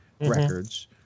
records